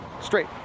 straight